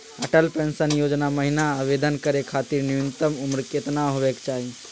Atal pension Yojana महिना आवेदन करै खातिर न्युनतम उम्र केतना होवे चाही?